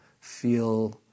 feel